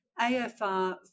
AFR